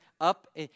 up